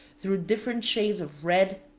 through different shades of red,